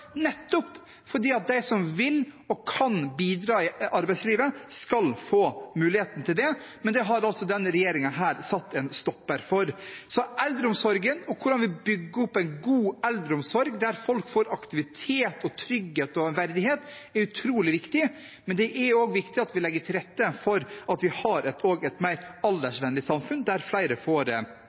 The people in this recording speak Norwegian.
nettopp for at de som vil og kan bidra i arbeidslivet, skal få muligheten til det. Men det har denne regjeringen satt en stopper for. Så eldreomsorgen, og hvordan vi bygger opp en god eldreomsorg der folk får aktivitet, trygghet og verdighet, er utrolig viktig. Det er også viktig at vi legger til rette for et mer aldersvennlig samfunn der flere får